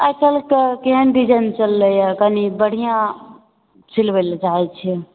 आइकाल्हि तऽ केहन डिजाइन चललैया कनि बढ़िऑं सिलवै ला चाहै छियै